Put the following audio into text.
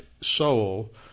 soul